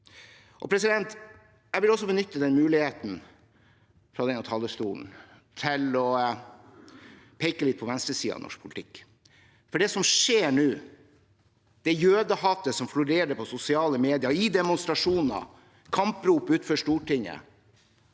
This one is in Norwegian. generasjonene. Jeg vil også benytte muligheten fra denne talerstolen til å peke litt på venstresiden i norsk politikk. For det som skjer nå, det jødehatet som florerer i sosiale medier, i demonstrasjoner og med kamprop utenfor Stortinget,